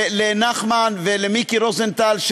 לנחמן ולמיקי רוזנטל,